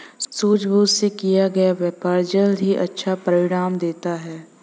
सूझबूझ से किया गया व्यापार जल्द ही अच्छा परिणाम देता है